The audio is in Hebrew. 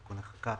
תיקוני חקיקה),